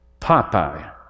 Popeye